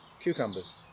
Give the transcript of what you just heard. cucumbers